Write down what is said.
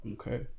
Okay